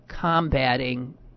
combating